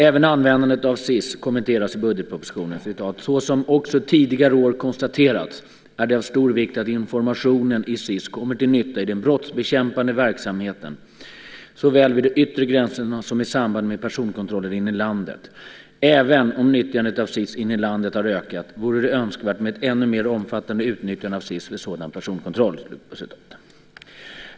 Även användande av SIS kommenteras i budgetpropositionen: "Såsom också tidigare år konstaterats är det av stor vikt att informationen i SIS kommer till nytta i den brottsbekämpande verksamheten såväl vid de yttre gränserna som i samband med personkontroller inne i landet. Även om nyttjandet av SIS inne i landet har ökat, vore det önskvärt med ett ännu mer omfattande utnyttjande av SIS för sådan personkontroll."